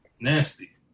Nasty